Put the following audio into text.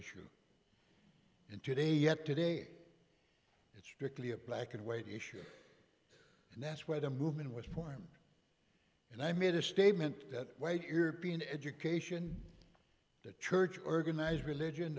issue and today yet today it's strictly a black and white issue and that's where the movement was point and i made a statement that white european education the church organized religion